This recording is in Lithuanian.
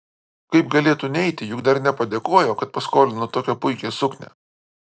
kaip galėtų neiti juk dar nepadėkojo kad paskolino tokią puikią suknią